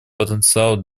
потенциал